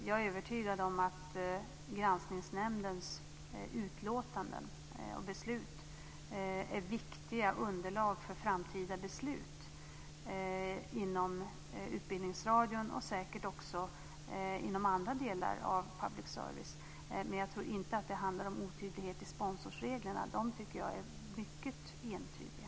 Jag är övertygad om att Granskningsnämndens utlåtanden och beslut är viktiga underlag för framtida beslut inom Utbildningsradion och säkert också inom andra delar av public service. Men jag tror inte att det handlar om otydlighet i sponsorsreglerna. De tycker jag är mycket entydiga.